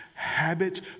Habit